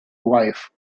wife